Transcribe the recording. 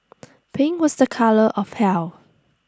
pink was the colour of heal